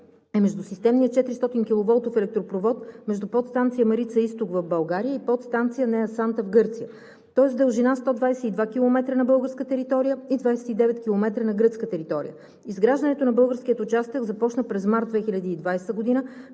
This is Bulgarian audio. е междусистемният 400-киловолтов електропровод между Подстанция „Марица изток“ в България и Подстанция „Неа Санта“ в Гърция. Той е с дължина 122 км на българска територия и 29 км на гръцка територия. Изграждането на българския участък започна през март 2020 г.,